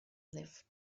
lived